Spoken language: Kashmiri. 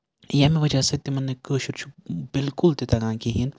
ییٚمہِ وجہہ سۭتۍ تِمن نہٕ کٲشُر چھُ بِلکُل تہِ تَگان کِہیٖنۍ